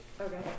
Okay